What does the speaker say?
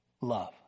love